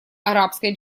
арабской